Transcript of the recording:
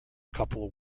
couple